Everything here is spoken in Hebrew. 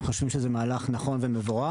אנחנו חושבים שזה מהלך נכון ומבורך.